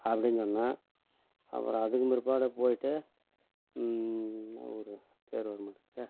அப்படின்னு சொன்னேன் அப்புறம் அதுக்கும் பிற்பாடு போயிட்டு என்ன ஊர் பேர் வரமாட்டேங்குதே